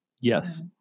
Yes